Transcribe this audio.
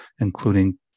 including